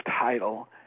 title